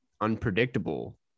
unpredictable